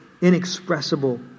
inexpressible